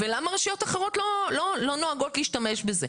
ולמה רשויות אחרות לא נוהגות להשתמש בזה,